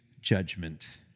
judgment